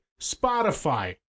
Spotify